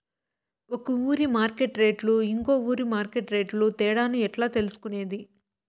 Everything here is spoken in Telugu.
ఒక ఊరి మార్కెట్ రేట్లు ఇంకో ఊరి మార్కెట్ రేట్లు తేడాను నేను ఎట్లా తెలుసుకునేది?